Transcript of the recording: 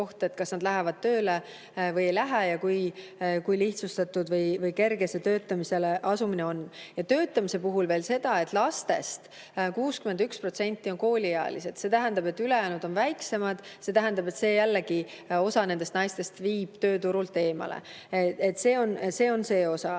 kas nad lähevad tööle või ei lähe ja kui lihtsustatud või kerge see töötama asumine on. Töötamise puhul veel seda, et lastest 61% on kooliealised, see tähendab, et ülejäänud on väiksemad, mis jällegi viib osa nendest naistest tööturult eemale. See on see osa.